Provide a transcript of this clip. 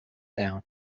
down